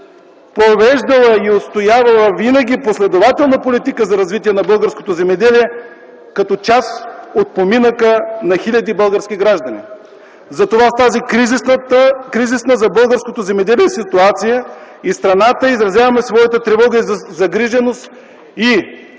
провеждала и отстоявала винаги последователна политика за развитие на българското земеделие като част от поминъка на хиляди български граждани. Затова в тази кризисна за българското земеделие и в страната ситуация изразяваме своята тревога и загриженост и